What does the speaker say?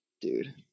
dude